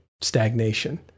stagnation